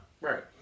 Right